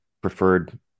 preferred